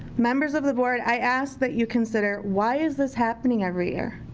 members of the board i ask that you consider, why is this happening every year?